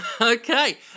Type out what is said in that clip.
Okay